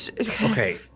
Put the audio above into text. Okay